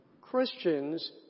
Christians